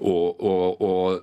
o o o